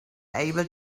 able